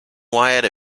wyatt